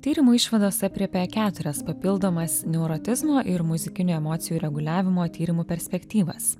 tyrimų išvados aprėpia keturias papildomas neurotizmo ir muzikinio emocijų reguliavimo tyrimų perspektyvas